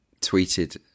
tweeted